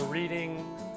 reading